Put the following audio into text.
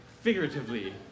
figuratively